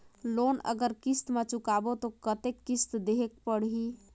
Loan अगर किस्त म चुकाबो तो कतेक किस्त देहेक पढ़ही?